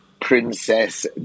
Princess